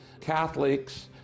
Catholics